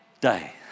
day